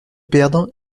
perdre